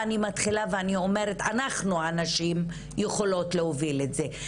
אנחנו הנשים יכולות להוביל את זה.